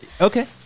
Okay